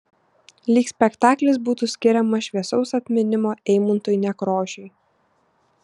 lyg spektaklis būtų skiriamas šviesaus atminimo eimuntui nekrošiui